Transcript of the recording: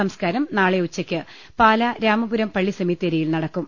സംസ്കാരം നാളെ ഉച്ചയ്ക്ക് പാലാ രാമപുരം പള്ളി സെമിത്തേരിയിൽ നടക്കും